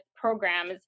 programs